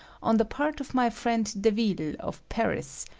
on the part of my friend deville, of paris,